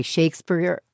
Shakespeare